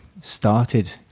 started